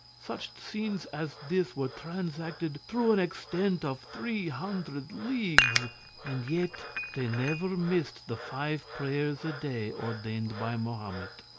such scenes as this were transacted through an extent of three hundred leagues and yet they never missed the five prayers a day ordained by mahomet.